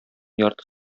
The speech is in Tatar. ярты